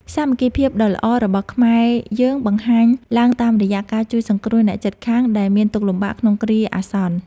សាមគ្គីភាពដ៏ល្អរបស់ខ្មែរយើងបង្ហាញឡើងតាមរយៈការជួយសង្គ្រោះអ្នកជិតខាងដែលមានទុក្ខលំបាកក្នុងគ្រាអាសន្ន។